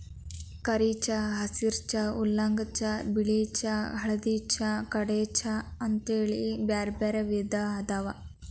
ಕರಿ ಚಹಾ, ಹಸಿರ ಚಹಾ, ಊಲಾಂಗ್ ಚಹಾ, ಬಿಳಿ ಚಹಾ, ಹಳದಿ ಚಹಾ, ಕಾಡೆ ಚಹಾ ಅಂತೇಳಿ ಬ್ಯಾರ್ಬ್ಯಾರೇ ವಿಧ ಅದಾವ